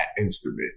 instrument